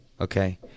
okay